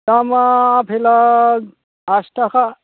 दामा आफेला आसि थाखा